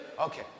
Okay